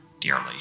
dearly